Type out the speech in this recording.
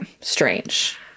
Strange